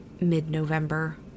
mid-November